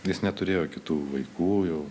jis neturėjo kitų vaikų jau